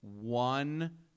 one